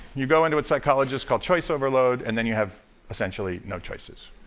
you go into what psychologists call choice overload, and then you have essentially no choices.